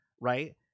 right